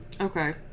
Okay